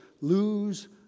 Lose